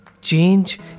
Change